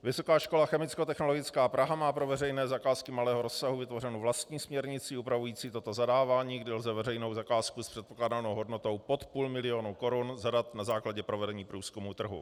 Vysoká škola chemickotechnologická Praha má pro zakázky malého rozsahu vytvořenu vlastní směrnici upravující toto zadávání, kdy lze veřejnou zakázku s předpokládanou hodnotou pod půl milionu korun zadat na základě provedení průzkumu trhu.